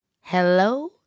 Hello